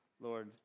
Lord